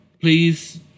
please